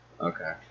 Okay